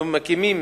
אנחנו מקימים